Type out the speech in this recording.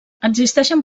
existeixen